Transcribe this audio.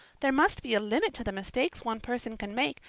there must be a limit to the mistakes one person can make,